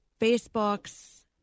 Facebook's